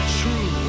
true